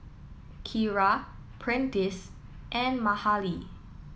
Kyra Prentice and Mahalie